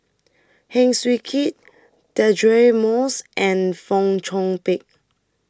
Heng Swee Keat Deirdre Moss and Fong Chong Pik